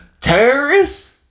terrorists